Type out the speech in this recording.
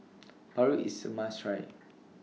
Paru IS A must Try